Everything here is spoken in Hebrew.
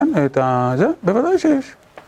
את ה... זה? בוודאי שיש!